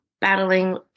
battling